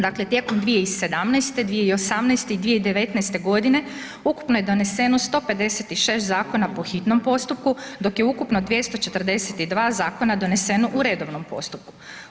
Dakle, tijekom 2017., 2018. i 2019. godine ukupno je doneseno 156 zakona po hitnom postupku, dok je ukupno 242 zakona doneseno u redovnom postupku.